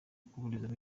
kuburizamo